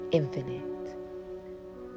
infinite